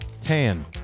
tan